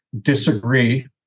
disagree